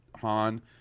Han